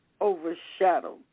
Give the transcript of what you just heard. overshadowed